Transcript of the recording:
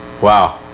wow